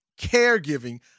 caregiving